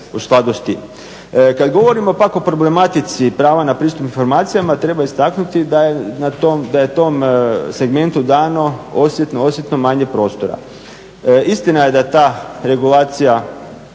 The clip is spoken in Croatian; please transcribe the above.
u skladu s tim. Kad govorimo pak o problematici prava na pristup informacijama, treba istaknuti da je tom segmentu dano osjetno manje prostora. Istina je da ta regulacija,